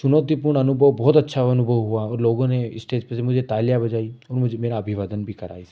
चुनौतीपूर्ण अनुभव बहुत अच्छा अनुभव हुआ और लोगों ने स्टेज पर से मुझे तालियाँ बजाई और मुझे मेरा अभिवादन भी करा इसमें